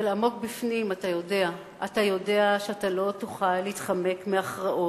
אבל עמוק בפנים אתה יודע שאתה לא תוכל להתחמק מהכרעות,